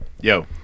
Yo